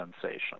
sensation